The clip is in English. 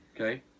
Okay